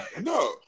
No